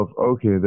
okay